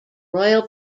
royal